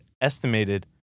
estimated